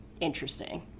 interesting